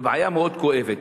בבעיה מאוד כואבת.